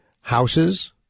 houses